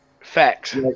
facts